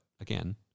again